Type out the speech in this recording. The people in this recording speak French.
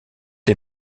les